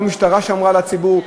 לא משטרה שמרה על הציבור,